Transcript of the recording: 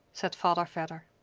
said father vedder.